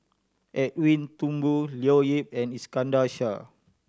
Edwin Thumboo Leo Yip and Iskandar Shah